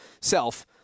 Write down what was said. self